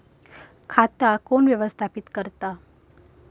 खाता कोण व्यवस्थापित करता?